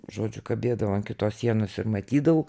žodžiu kabėdavo ant kitos sienos ir matydavau